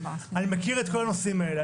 אני מכיר את כל הנושאים האלה.